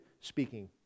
speaking